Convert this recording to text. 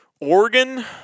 Oregon